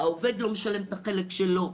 העובד לא משלם את החלק שלו,